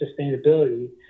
sustainability